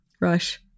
Rush